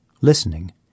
listening